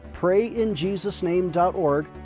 prayinjesusname.org